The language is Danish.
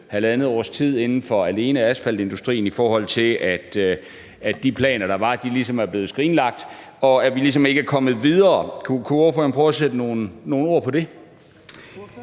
halvandet års tid inden for alene asfaltindustrien, i forhold til at de planer, der var, er blevet skrinlagt, og at vi ikke er kommet videre. Kunne ordføreren prøve at sætte nogle ord på det?